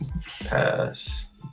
pass